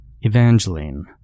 Evangeline